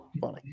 funny